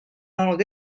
olnud